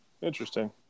Interesting